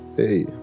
Hey